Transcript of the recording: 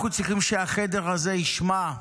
אנחנו צריכים שהחדר הזה ישמע,